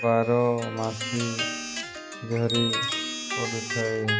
ବାର ମାସି ଧରି ପଡ଼ିଥାଏ